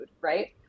right